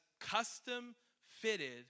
custom-fitted